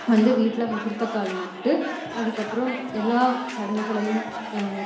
வந்து வீட்டில் முகூர்த்த கால் நட்டு அதுக்கப்புறம் எல்லா சடங்குகளையும்